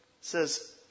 says